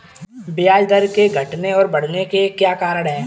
ब्याज दर के घटने और बढ़ने के क्या कारण हैं?